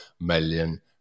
million